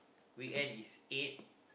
weekend is eight